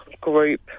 group